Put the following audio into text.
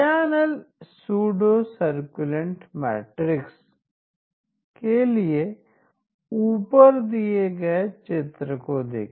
channel pseudo circulant matrix के लिए ऊपर दिए गए चित्र को देखें